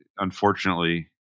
unfortunately